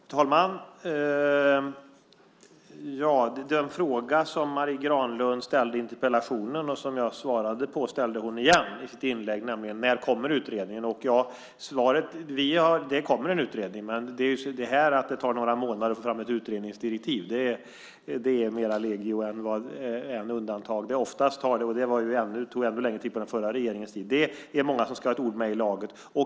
Fru talman! Den fråga som Marie Granlund ställer i interpellationen och som jag svarat på ställer hon igen i sitt inlägg här, nämligen frågan om när en utredning kommer. Det kommer en utredning. Att det tar några månader att få fram ett utredningsdirektiv är mer legio än undantag. Oftast är det så. Det tog ännu längre tid på den förra regeringens tid. Det är många som ska ha ett ord med i laget.